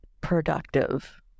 productive